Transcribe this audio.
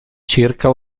circa